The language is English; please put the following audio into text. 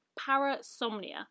parasomnia